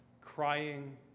crying